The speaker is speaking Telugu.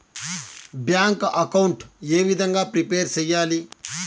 బ్యాంకు అకౌంట్ ఏ విధంగా ప్రిపేర్ సెయ్యాలి?